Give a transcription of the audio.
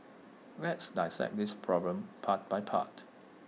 let's dissect this problem part by part